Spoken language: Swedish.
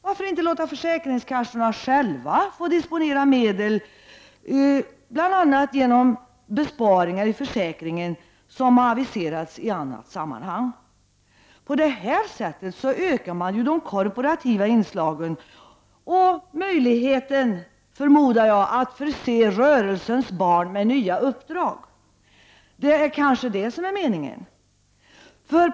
Varför inte låta försäkringskassorna själva få disponera medel bl.a. genom de besparingar i försäkringen som aviserats i annat sammanhang? På det här sättet ökar man de korporativa inslagen och möjligheterna, förmodar jag, att förse ”rörelsens barn” med nya uppdrag. Det är kanske det som är meningen?